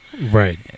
Right